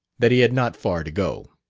that he had not far to go.